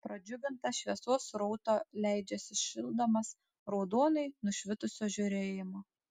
pradžiugintas šviesos srauto leidžiasi šildomas raudonai nušvitusio žėrėjimo